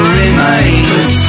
remains